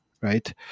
right